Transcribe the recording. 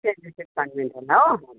saint Joseph convent होला हो